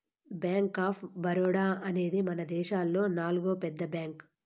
bank of Baroda అనేది మనదేశములో నాల్గో పెద్ద బ్యాంక్